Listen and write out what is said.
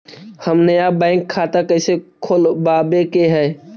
हम नया बैंक खाता कैसे खोलबाबे के है?